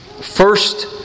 first